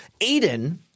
Aiden